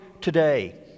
today